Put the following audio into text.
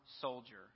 soldier